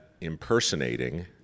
impersonating